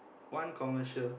one commercial